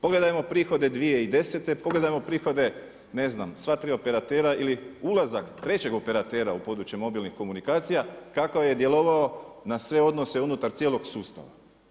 Pogledajmo prihode 2010., pogledajmo prihode ne znam sva tri operatera ili ulazak trećeg operatera u područje mobilnih komunikacija kako je djelovao na sve odnose unutar cijelog sustava.